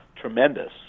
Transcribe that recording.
tremendous